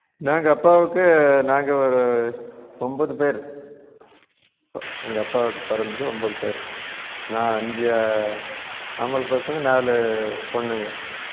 நாங்கள் அப்பாவுக்கு நாங்கள் ஒரு ஒம்போது பேர் பா எங்கள் அப்பாவுக்கு பிறந்தது ஒம்போது பேர் நான் அஞ்சு ஆம்பளை பசங்க நாலு பொண்ணுங்க